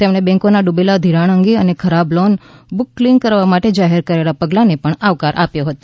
તેમણે બેન્કોના ડૂબેલા ઘિરાણ અંગે અને ખરાબ લોન બુક ક્લીન કરવા માટે જાહેર કરાયેલા પગલાંને પણ આવકાર આપ્યો હતો